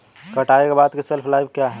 कटाई के बाद की शेल्फ लाइफ क्या है?